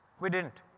we didn't!